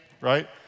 right